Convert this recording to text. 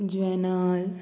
juvenile